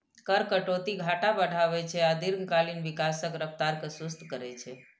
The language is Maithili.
कर कटौती घाटा बढ़ाबै छै आ दीर्घकालीन विकासक रफ्तार कें सुस्त करै छै